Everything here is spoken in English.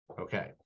Okay